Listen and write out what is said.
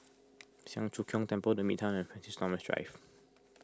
Siang Cho Keong Temple the Midtown and Francis Thomas Drive